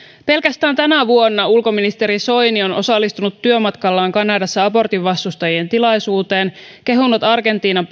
pelkästään tänä vuonna ulkoministeri soini on osallistunut työmatkallaan kanadassa abortin vastustajien tilaisuuteen kehunut argentiinan